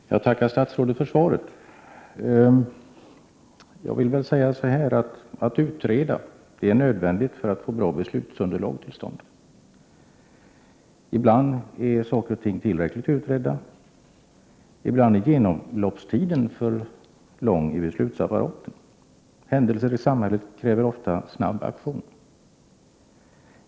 Herr talman! Jag tackar statsrådet för svaret. Jag vill säga så här: Att utreda är nödvändigt för att få bra beslutsunderlag. Ibland är saker och ting tillräckligt utredda, ibland är genomloppstiden i beslutsapparaten för lång. Händelser i samhället kräver ofta snabb aktion.